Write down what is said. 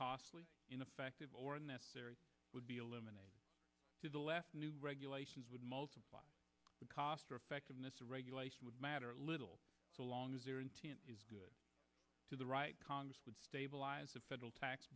costly ineffective or unnecessary would be eliminated to the last new regulations would multiply the cost effectiveness of regulation would matter little so long as their intent is good to the right congress would stabilize the federal tax